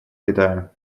китая